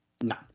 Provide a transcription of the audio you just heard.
No